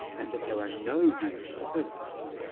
and that there are no real alternatives,